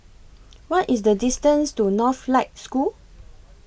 What IS The distance to Northlight School